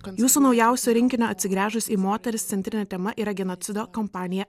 jūsų naujausio rinkinio atsigręžus į moteris centrinė tema yra genocido kompaniją